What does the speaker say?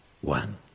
One